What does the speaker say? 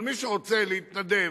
אבל מי שרוצה להתנדב,